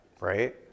right